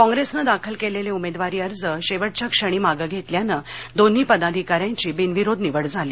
कॉंप्रेसने दाखल केलेले उमेदवारी अर्ज शेवटच्या क्षणी मागे घेतल्यामुळे दोन्ही पदाधिकाऱ्यांची बिनविरोध निवड झाली